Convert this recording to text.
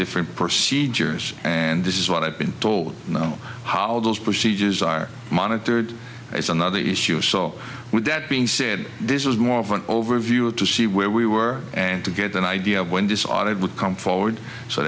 different procedures and this is what i've been told no how those procedures are monitored is another issue so with that being said this was more of an overview of to see where we were and to get an idea of when this audit would come forward so